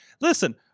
listen